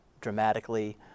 dramatically